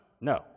No